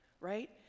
right